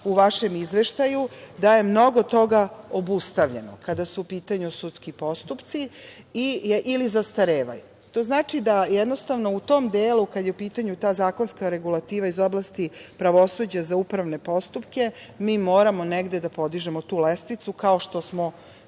u vašem izveštaju da je mnogo toga obustavljeno kada su u pitanju sudski postupci ili zastarevaju. To znači da jednostavno u tom delu kada je u pitanju ta zakonska regulativa iz oblasti pravosuđa za uprave postupke, mi moramo negde da podižemo tu lestvicu kao što smo,